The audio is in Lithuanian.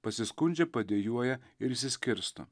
pasiskundžia padejuoja ir išsiskirsto